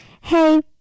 hey